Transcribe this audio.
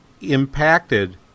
impacted